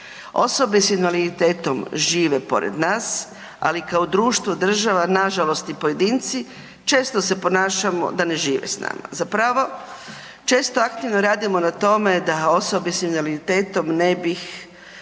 Osobe sa invaliditetom žive pored nas ali kao društvo, država nažalost i pojedinci, često se ponašamo da ne žive s nama. Zapravo, često aktivno radimo na tome da osobe sa invaliditetom ne bi